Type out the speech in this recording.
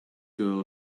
girl